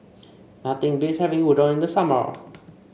nothing beats having Udon in the summer